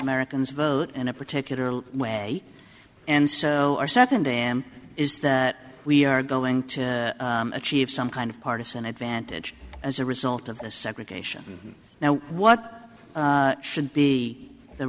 americans vote in a particular way and so our second am is that we are going to achieve some kind of partisan advantage as a result of the segregation now what should be the